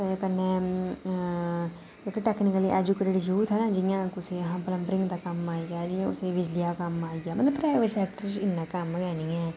कन्नै इक technically educated youth ऐ ना जियां कुसै गी पलंबरिंग दा कम्म आई दा जियां कुसै गी बिजली दी कम्म आई गेआ मतलब प्राइवेट सैक्टर च इन्ना कम्म गै निं ऐ